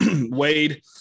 Wade